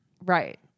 Right